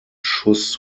schuss